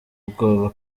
ubwoba